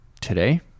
today